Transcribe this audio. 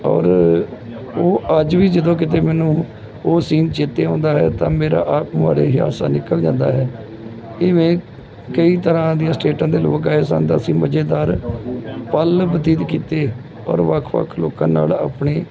ਔਰ ਉਹ ਅੱਜ ਵੀ ਜਦੋਂ ਕਿਤੇ ਮੈਨੂੰ ਉਹ ਸੀਨ ਚੇਤੇ ਆਉਂਦਾ ਹੈ ਤਾਂ ਮੇਰਾ ਆਪ ਮੁਹਾਰੇ ਹੀ ਹਾਸਾ ਨਿਕਲ ਜਾਂਦਾ ਹੈ ਇਵੇਂ ਕਈ ਤਰ੍ਹਾਂ ਦੀਆਂ ਸਟੇਟਾਂ ਦੇ ਲੋਕ ਆਏ ਸਨ ਤਾਂ ਅਸੀਂ ਮਜੇਦਾਰ ਪਲ ਬਤੀਤ ਕੀਤੇ ਔਰ ਵੱਖ ਵੱਖ ਲੋਕਾਂ ਨਾਲ ਆਪਣੇ